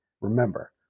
Remember